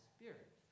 Spirit